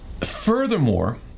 furthermore